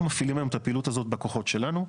אנחנו מפעילים היום את הפעילות הזאת בכוחות שלנו,